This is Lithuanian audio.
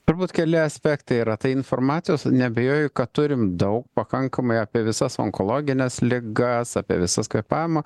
turbūt keli aspektai yra tai informacijos neabejoju kad turim daug pakankamai apie visas onkologines ligas apie visas kvėpavimo